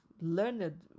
learned